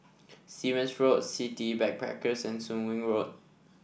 Stevens Road City Backpackers and Soon Wing Road